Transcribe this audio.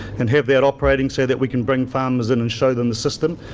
and have that operating so that we can bring farmers in and show them the system,